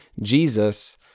Jesus